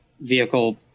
vehicle